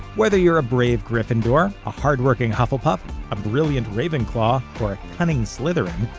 whether you're a brave gryffindor, a hardworking hufflepuff, a brilliant ravenclaw, or a cunning slytherin,